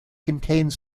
contained